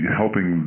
helping